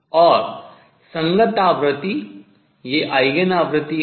और संगत आवृत्ति ये आयगेन आवृत्ति हैं